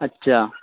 اچھا